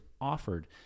offered